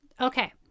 Okay